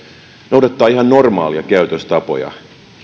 noudattaa ihan normaaleja käytöstapoja